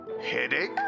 Headache